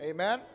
Amen